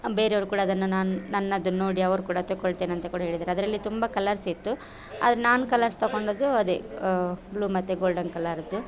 ಬೇರೆಯವರು ಕೂಡ ಅದನ್ನ ನಾನು ನನ್ನದು ನೋಡಿ ಅವರು ಕೂಡ ತೆಗೊಳ್ತೇನೆ ಅಂತ ಕೂಡ ಹೇಳಿದ್ದಾರೆ ಅದರಲ್ಲಿ ತುಂಬ ಕಲರ್ಸಿತ್ತು ಆದರೆ ನಾನು ಕಲರ್ಸ್ ತೊಗೊಂಡದ್ದು ಅದೇ ಬ್ಲೂ ಮತ್ತು ಗೋಲ್ಡನ್ ಕಲರಿಂದು